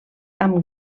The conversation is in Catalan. amb